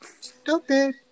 Stupid